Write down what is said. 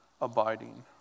abiding